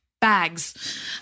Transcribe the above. bags